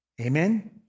Amen